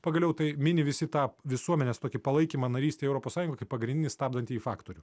pagaliau tai mini visi tą visuomenės tokį palaikymą narystei europos sąjungoj kaip pagrindinį stabdantį faktorių